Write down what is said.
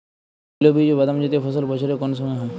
তৈলবীজ ও বাদামজাতীয় ফসল বছরের কোন সময় হয়?